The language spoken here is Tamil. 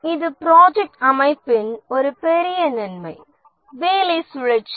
இது ப்ராஜெக்ட் அமைப்பின் ஒரு பெரிய நன்மை வேலை சுழற்சி